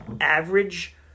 average